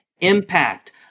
impact